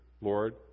Lord